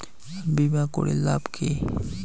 বিমা করির লাভ কি?